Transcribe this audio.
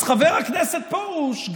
אז חבר הכנסת פרוש,